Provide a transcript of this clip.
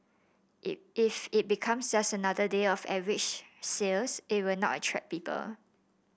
if it becomes just another day of average sales it will not attract people